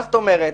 מה זאת אומרת?